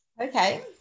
okay